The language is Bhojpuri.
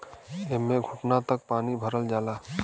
एम्मे घुटना तक पानी भरल जाला